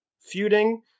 feuding